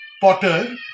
potter